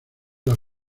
las